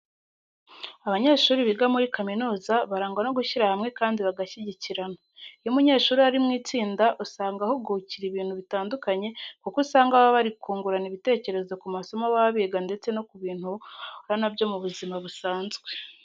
Abanyeshuri biga muri kaminuza barangwa no gushyira hamwe kandi bagashyigikirana. Iyo umunyeshuri ari mu itsinda usanga ahungukira ibintu bitandukanye kuko usanga baba bari kungurana ibitekerezo ku masomo baba biga ndetse no ku bintu bahura na byo mu buzima busanzwe.